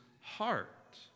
heart